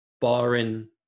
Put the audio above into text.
barring